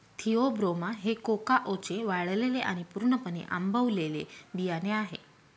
Theobroma हे कोकाओचे वाळलेले आणि पूर्णपणे आंबवलेले बियाणे आहे